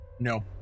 No